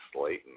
Slayton